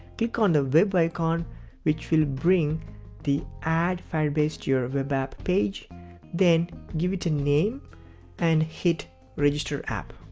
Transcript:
click on the web icon which will bring the add firebase to your ah web app page then give it a name and hit register app.